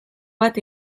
bat